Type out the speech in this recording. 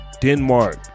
Denmark